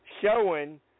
showing